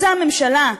רוצה הממשלה,